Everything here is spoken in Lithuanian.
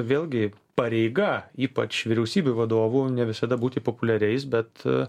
vėlgi pareiga ypač vyriausybių vadovų ne visada būti populiariais bet